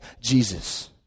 Jesus